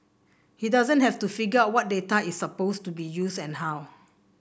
he doesn't have to figure out what data is supposed to be used and how